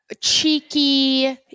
Cheeky